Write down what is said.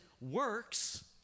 works